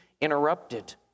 interrupted